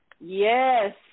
Yes